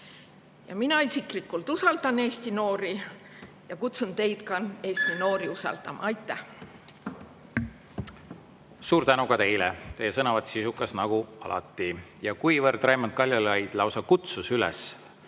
Mina isiklikult usaldan Eesti noori ja kutsun teid ka üles Eesti noori usaldama. Aitäh! Suur tänu ka teile! Teie sõnavõtt oli sisukas nagu alati. Kuivõrd Raimond Kaljulaid lausa kutsus Urmas